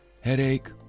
headache